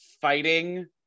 fighting